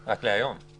רק להיום?